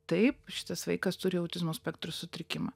taip šitas vaikas turi autizmo spektro sutrikimą